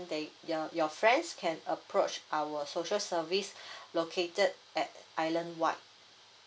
they uh your friends can approach our social service located at islandwide